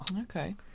Okay